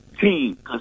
team